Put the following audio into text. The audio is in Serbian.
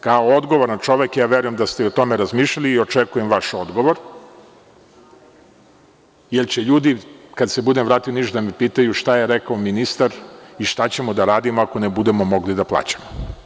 Kao odgovoran čovek, verujem da ste i o tome razmišljali i očekujem vaš odgovor, jer će ljudi kada se budem vratio u Niš da me pitaju šta je rekao ministar i šta ćemo da radimo ako ne budemo mogli da plaćamo.